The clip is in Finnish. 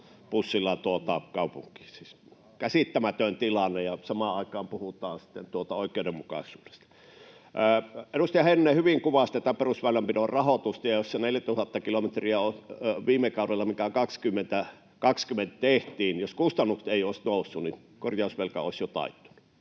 bussilla kaupunkiin. Käsittämätön tilanne — ja samaan aikaan puhutaan oikeudenmukaisuudesta. Edustaja Heinonen hyvin kuvasi perusväylänpidon rahoitusta. 4 000 kilometriä oli viime kaudella se, mikä vuonna 2020 tehtiin. Jos kustannukset eivät olisi nousseet, niin korjausvelka olisi jotain...